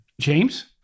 James